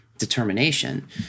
determination